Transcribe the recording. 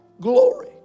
glory